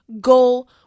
goal